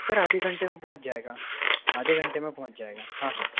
sir आधे घंटे में पहुंच जाएगा आधे घंटे में पहुंच जाएगा हाँ हाँ